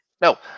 No